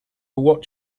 what